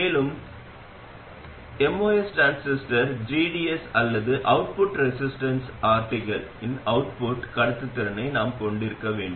மேலும் MOS transistor GDS அல்லது output resistance ஆர்டிகளின் அவுட்புட் கடத்துத்திறனை நாம் கொண்டிருக்க வேண்டும்